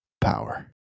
power